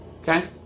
Okay